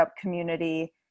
community